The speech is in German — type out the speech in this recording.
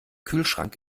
kühlschrank